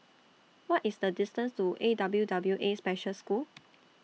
What IS The distance to A W W A Special School